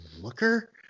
Looker